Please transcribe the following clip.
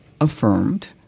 affirmed